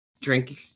drink